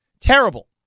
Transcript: Terrible